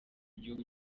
gihugu